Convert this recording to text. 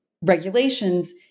regulations